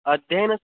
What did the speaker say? अध्ययनम्